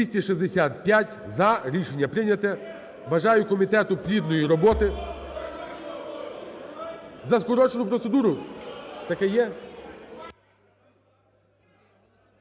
За-265 Рішення прийняте. Бажаю комітету плідної роботи. За скорочену процедуру. Таке є?